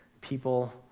people